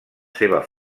seva